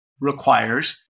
requires